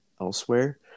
elsewhere